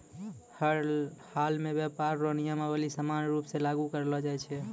हर हालमे व्यापार रो नियमावली समान रूप से लागू करलो जाय छै